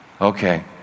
okay